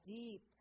deep